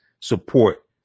support